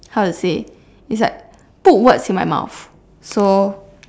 how to say it's like put words in my mouth so